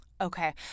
Okay